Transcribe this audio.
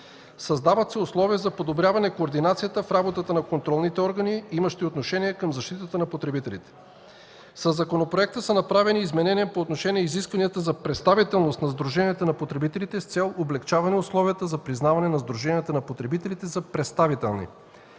Създават се условия за подобряване координацията в работата на контролните органи, имащи отношение към защитата на потребителите. Със законопроекта са направени изменения по отношение изискванията за представителност на сдруженията на потребителите с цел облекчаване условията за признаване на сдруженията на